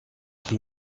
she